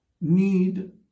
need